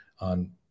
on